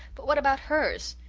but what about hers?